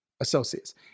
associates